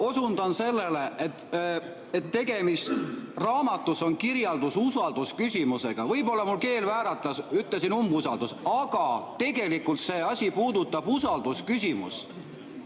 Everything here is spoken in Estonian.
osundan sellele, et raamatus on kirjeldatud usaldusküsimust. Võib‑olla mul keel vääratas, ütlesin "umbusaldus", aga tegelikult see asi puudutab usaldusküsimust.